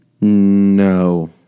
No